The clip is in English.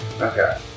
Okay